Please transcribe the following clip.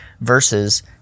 verses